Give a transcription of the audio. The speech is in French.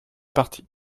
partie